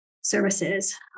services